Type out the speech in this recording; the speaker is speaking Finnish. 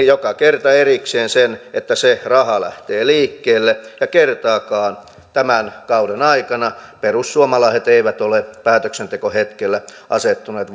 joka kerta erikseen sen että se raha lähtee liikkeelle ja kertaakaan tämän kauden aikana perussuomalaiset eivät ole päätöksentekohetkellä asettuneet